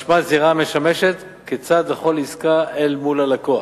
משמע, זירה המשמשת כצד לכל עסקה אל מול הלקוח.